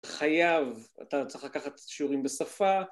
חייב, אתה צריך לקחת שיעורים בשפה.